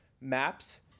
maps